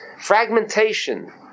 fragmentation